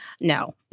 No